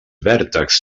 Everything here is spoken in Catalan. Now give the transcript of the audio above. vèrtex